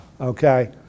Okay